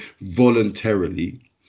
voluntarily